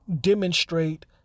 demonstrate